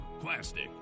plastic